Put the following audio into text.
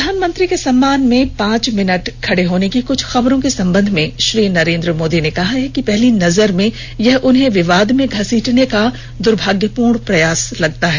प्रधानमंत्री के सम्मान में पांच मिनट खड़े होने की कुछ खबरों के संबंध में श्री नरेन्द्र मोदी ने कहा है कि पहली नजर में यह उन्हें विवाद में घसीटने का द्र्मावनापूर्ण प्रयास लगता है